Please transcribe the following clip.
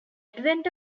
advent